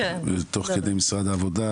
תוך כדי משרד העבודה,